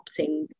opting